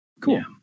Cool